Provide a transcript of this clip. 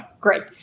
Great